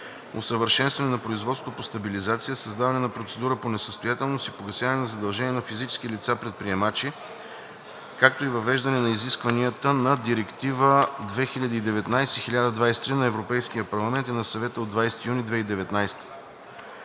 усъвършенстване на производството по стабилизация, създаване на процедура по несъстоятелност и погасяване на задължения на физически лица – предприемачи, както и въвеждане на изискванията на Директива (EC) 2019/1023 на Европейския парламент и на Съвета от 20 юни 2019